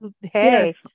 hey